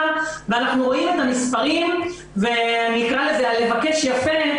אנחנו רואים את המספרים וה"לבקש יפה"